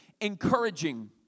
encouraging